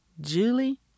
Julie